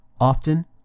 often